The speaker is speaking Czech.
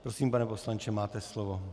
Prosím, pane poslanče, máte slovo.